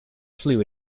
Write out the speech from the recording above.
flew